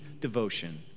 devotion